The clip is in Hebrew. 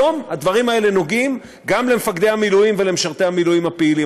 היום הדברים האלה נוגעים גם במפקדי המילואים ובמשרתי המילואים הפעילים.